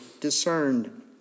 discerned